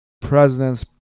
presidents